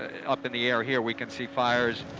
up in the air here we can see fires,